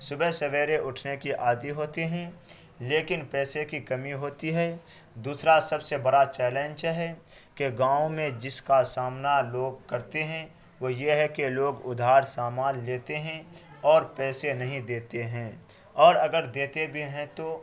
صبح سویرے اٹھنے کی عادی ہوتی ہیں لیکن پیسے کی کمی ہوتی ہے دوسرا سب سے بڑا چیلنج ہے کہ گاؤں میں جس کا سامنا لوگ کرتے ہیں وہ یہ ہے کہ لوگ ادھار سامان لیتے ہیں اور پیسے نہیں دیتے ہیں اور اگر دیتے بھی ہیں تو